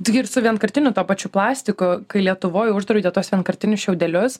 tai kaip su vienkartiniu tuo pačiu plastiku kai lietuvoj uždraudė tuos vienkartinius šiaudelius